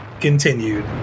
continued